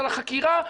על החקירה.